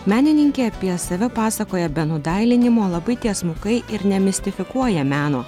menininkė apie save pasakoja be nudailinimo labai tiesmukai ir nemistifikuoja meno